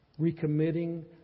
recommitting